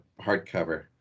hardcover